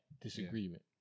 disagreement